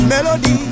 Melody